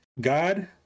God